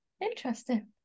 Interesting